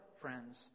friends